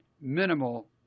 minimal